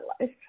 life